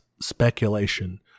speculation